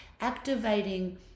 activating